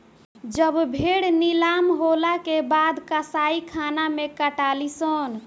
जब भेड़ नीलाम होला के बाद कसाईखाना मे कटाली सन